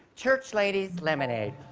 church lady lemonade.